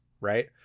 right